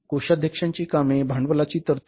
कोषाध्यक्षांची कामे भांडवलाची तरतूद